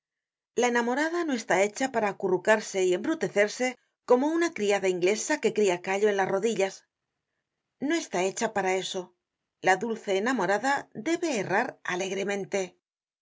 la enamorada no está hecha para acurrucarse y embrutecerse como una criada inglesa que cria callo en las rodillas no está hecha para eso la dulce enamorada debe errar alegremente se